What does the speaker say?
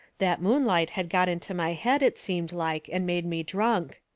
that moonlight had got into my head, it seemed like, and made me drunk.